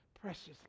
precious